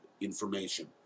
information